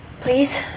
please